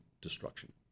destruction